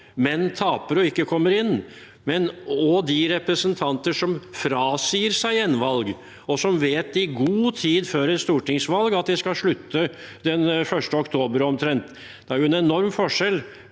som taper og ikke kommer inn, og de representanter som frasier seg gjenvalg, og som i god tid før et stortingsvalg vet at de skal slutte rundt 1. oktober. Det er en enorm forskjell